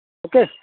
okay